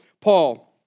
Paul